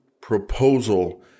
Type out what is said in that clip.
proposal